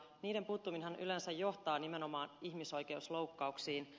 niiden puuttuminenhan yleensä johtaa nimenomaan ihmisoikeusloukkauksiin